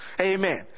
Amen